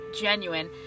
genuine